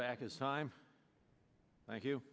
back his time thank you